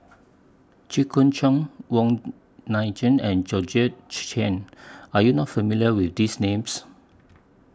Jit Koon Ch'ng Wong Nai Chin and Georgette Chen Are YOU not familiar with These Names